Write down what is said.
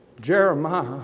Jeremiah